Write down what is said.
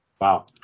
wow